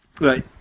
Right